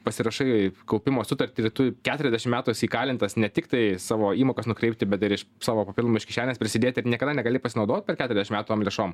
pasirašai kaupimo sutartį ir tu keturiasdešim metų esi įkalintas ne tiktai savo įmokas nukreipti bet ir iš savo papildomai iš kišenės prisidėti ir niekada negali pasinaudot per keturiasdešim metų tom lėšom